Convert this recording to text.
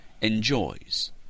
enjoys